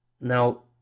Now